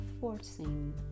forcing